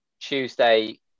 Tuesday